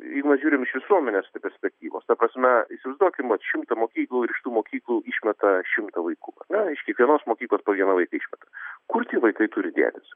jeigu mes žiūrim iš visuomenės perspektyvos ta prasme įsivaizduokim vat šimtą mokyklų ir iš tų mokyklų išmeta šimtą vaikų iš kiekvienos mokyklos po vieną vaiką išmeta kur tie vaikai turi dėtis